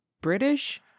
British